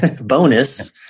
bonus